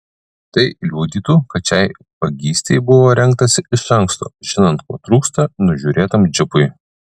tai liudytų kad šiai vagystei buvo rengtasi iš anksto žinant ko trūksta nužiūrėtam džipui